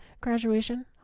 graduation